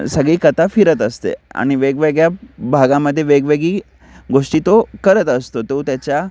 सगळी कथा फिरत असते आणि वेगवेगळ्या भागामध्ये वेगवेगळी गोष्टी तो करत असतो तो त्याच्या